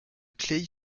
claye